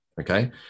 okay